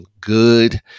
good